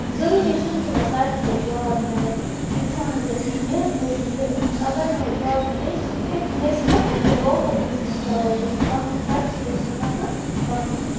ضروٗری چھُنہٕ کہِ وۅنۍ سارنٕے گٔژھ جاب میلٕنۍ اِنسانَس گژھِ آسٕنۍ یِہَے کوٗشِش ز اَگر نہٕ وۅنۍ جاب میلِے سُہ ہیٚکہِ گژھِ ہیٚکُن کیٚنٛہہ لوکَل بِزنِس چَلٲوِتھ یعنی پَنُن خرچہٕ گژھِ سُہ ہٮ۪کُن پَکنٲوِتھ